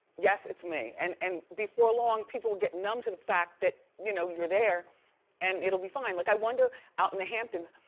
yes, it's me. and and before long, people will get numb to the fact that you know you're there and it'll be fine. like i wonder out in the hamptons,